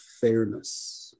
fairness